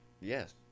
Yes